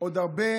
עוד הרבה